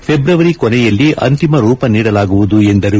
ಫೆಟ್ರವರಿ ಕೊನೆಯಲ್ಲಿ ಅಂತಿಮ ರೂಪ ನೀಡಲಾಗುವುದು ಎಂದರು